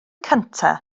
cyntaf